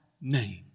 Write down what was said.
name